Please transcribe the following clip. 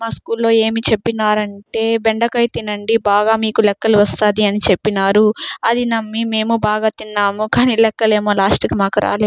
మా స్కూల్లో ఏమి చెప్పినారంటే బెండకాయ తినండి బాగా మీకు లెక్కలు వస్తాది అని చెప్పినారు అది నమ్మి మేము బాగా తిన్నాము కానీ లెక్కలేమో లాస్ట్కి మాకు రాలేదు